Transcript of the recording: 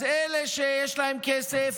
אז אלה שיש להם כסף,